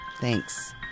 thanks